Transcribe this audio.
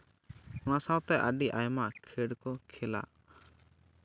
ᱚᱱᱟ ᱥᱟᱶᱛᱮ ᱟᱹᱰᱤ ᱟᱭᱢᱟ ᱠᱷᱮᱞ ᱠᱚ ᱠᱷᱮᱞᱟ